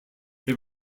they